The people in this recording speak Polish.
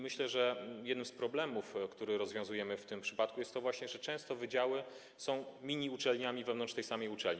Myślę, że jednym z problemów, które rozwiązujemy w tym przypadku, jest to, że często wydziały są miniuczelniami wewnątrz tej samej uczelni.